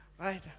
Right